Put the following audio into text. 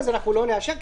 אז לא נאשר,